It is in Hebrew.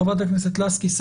חברת הכנסת לסקי,